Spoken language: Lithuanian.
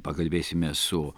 pakalbėsime su